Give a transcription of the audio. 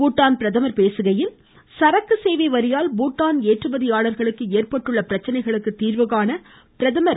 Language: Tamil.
பூடான் பிரதமர் பேசுகையில் சரக்கு சேவை வரியால் பூடான் ஏற்றுமதியாளர்களுக்கு ஏற்பட்டுள்ள பிரச்சனைகளுக்கு தீர்வு காண பிரதமர் திரு